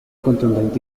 contundente